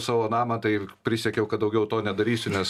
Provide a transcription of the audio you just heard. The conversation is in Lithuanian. savo namą tai prisiekiau kad daugiau to nedarysiu nes